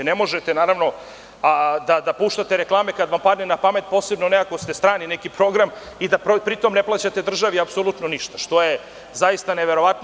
Ne možete naravno da puštate reklame kad vam padne na pamet posebno ako ste neki strani program i da pri tom ne plaćate državi apsolutno ništa što je zaista neverovatno.